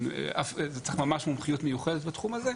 צריך ממש מומחיות מיוחדת בתחום הזה.